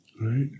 Right